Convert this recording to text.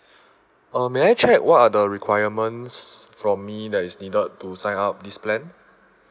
uh may I check what are the requirements from me that is needed to sign up this plan